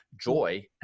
joy